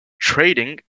trading